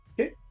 Okay